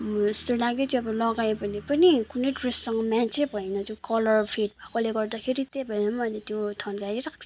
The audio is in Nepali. जस्तो लाग्यो लगायो भने पनि कुनै ड्रेससँग म्याचै भएन त्यो कलर फेड भएकोले गर्दाखेरि त्यही भएर पनि मैले त्यो थन्काइ दिइरहेको छु